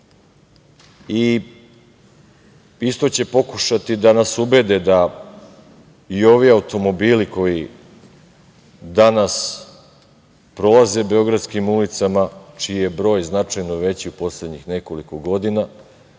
će pokušati da nas ubede da i ovi automobili koji danas prolaze beogradskim ulicama, čiji je broj značajno veći u poslednjih nekoliko godina,